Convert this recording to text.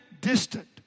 distant